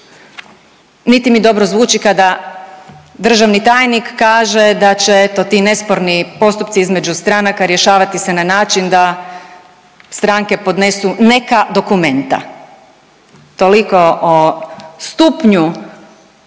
niti mi dobro zvuči kada državni tajnik kaže da će eto, ti nesporni postupci između stranaka rješavati se na način da stranke podnesu neka dokumenta. Toliko o stupnju